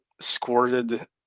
squirted